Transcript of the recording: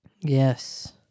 Yes